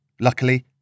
Luckily